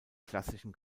klassischen